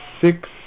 six